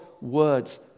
words